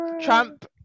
Trump